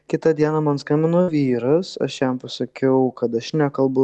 kitą dieną man skambino vyras aš jam pasakiau kad aš nekalbu